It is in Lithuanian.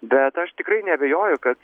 bet aš tikrai neabejoju kad